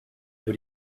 über